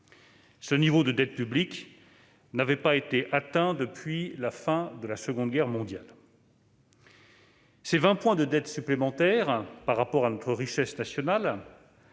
Ce niveau de dette publique n'avait pas été atteint depuis la fin de la Seconde Guerre mondiale. Ces 20 points de dette supplémentaires par rapport à notre richesse nationale